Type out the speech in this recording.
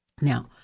Now